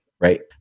right